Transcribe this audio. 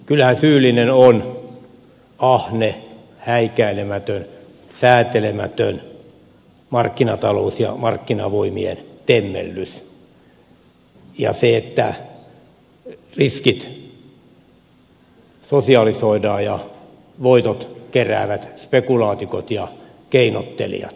kyllähän syyllinen on ahne häikäilemätön säätelemätön markkinatalous ja markkinavoimien temmellys ja se että riskit sosialisoidaan ja voitot keräävät spekulantit ja keinottelijat